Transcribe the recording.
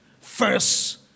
First